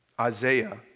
Isaiah